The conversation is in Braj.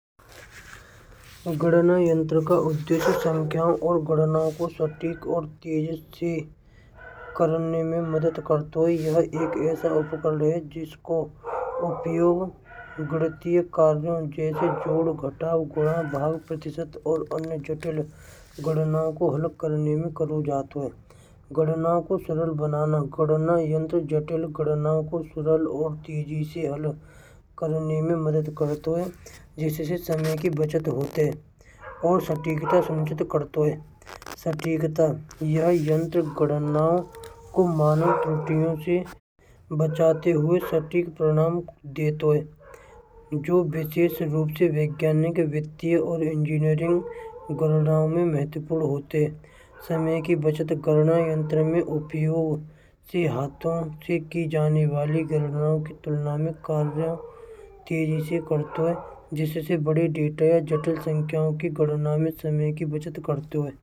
गड़ना यंत्र का उद्देश्य सांख्याँ और गड़नों को सटीक और तेजी से करने में मदद करतो है। यह एक ऐसा उपकरण है। जिसको उपयोग गणित कार्य। जैसे जोड़ घटाव गुण भाग प्रतिष्ठा और अन्य चतुर गणनाओं को अलग करने में करों जातो ल है। गणनाओं को सरल बनाना यंत्र, जटिल गड़नाों को सरल और तेज़ी से हल करने में मदद करतो है। किसी से चलाने की बचत होते और सटीकता संचित करते हुए। सत्य कथा यह यंत्र गणना को मानो सच्चाइयों से बचाते हुए सटीक परिणाम दे दो। जो विशेष रूप से वैज्ञानिक व्यक्ति और इंजीनियरिंग गड़नाों में महत्वपूर्ण होते समय की बचत करना। यंत्र उपाय से हाथों से की जाने वाली तुला में कार्य तेजी से कर्तव्य जैसे बड़े देते हैं जटिल सांख्याँ की कारणामे समय की बचत करते हुए करत है।